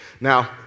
Now